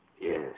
Yes